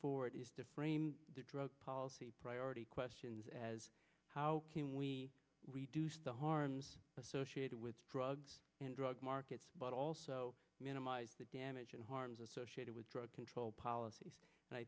forward is to frame the drug policy priority questions as how can we reduce the harms associated with drugs and drug markets but also minimize the damage and harms associated with drug control policies and i